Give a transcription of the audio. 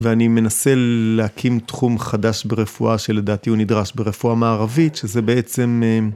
ואני מנסה להקים תחום חדש ברפואה, שלדעתי הוא נדרש ברפואה מערבית, שזה בעצם...